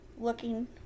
looking